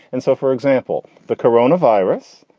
and so, for example, the corona virus,